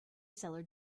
seller